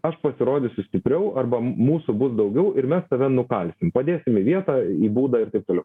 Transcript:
aš pasirodysiu stipriau arba mūsų bus daugiau ir mes tave nukalsim padėsim į vietą į būdą ir taip toliau